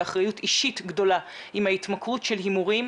באחריות אישית גדולה עם ההתמכרות של הימורים,